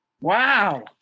Wow